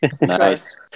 Nice